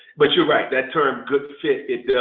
but you're right. that term, good fit,